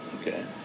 Okay